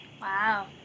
Wow